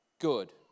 good